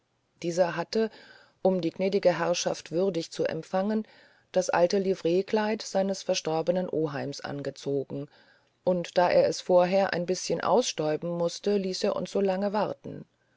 dieser hatte um die gnädige herrschaft würdig zu empfangen das alte livreekleid seines verstorbenen oheims angezogen und da er es vorher ein bißchen ausstäuben mußte ließ er uns so lange warten